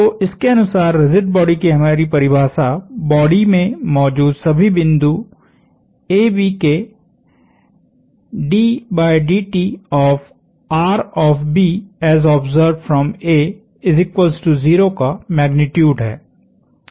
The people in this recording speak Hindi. तो इसके अनुसार रिजिड बॉडी की हमारी परिभाषा बॉडी में मौजूद सभी बिंदु AB के का मैग्नीट्यूड है